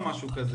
או משהו כזה,